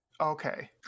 Okay